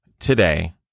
today